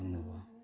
ꯈꯪꯅꯕ